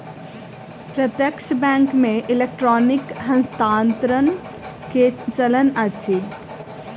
प्रत्यक्ष बैंक मे इलेक्ट्रॉनिक हस्तांतरण के चलन अछि